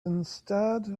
instead